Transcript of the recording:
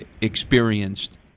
experienced